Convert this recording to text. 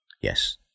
Yes